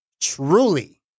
Truly